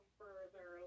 further